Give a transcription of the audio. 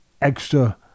extra